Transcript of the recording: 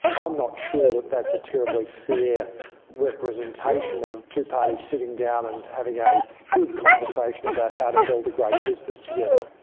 i'm not sure that that's a terribly fair representation of two parties sitting down and having a good conversation about how to build a great business together.